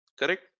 correct